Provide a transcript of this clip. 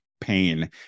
pain